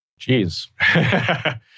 Jeez